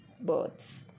birds